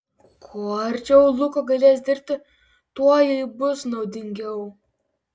kuo arčiau luko galės dirbti tuo jai bus naudingiau